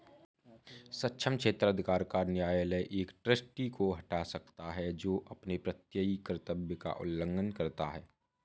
सक्षम क्षेत्राधिकार का न्यायालय एक ट्रस्टी को हटा सकता है जो अपने प्रत्ययी कर्तव्य का उल्लंघन करता है